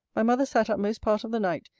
my mother sat up most part of the night,